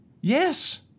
Yes